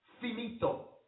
Finito